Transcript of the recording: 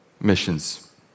missions